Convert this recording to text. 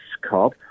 COP